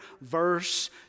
verse